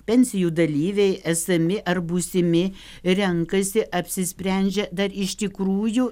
pensijų dalyviai esami ar būsimi renkasi apsisprendžia dar iš tikrųjų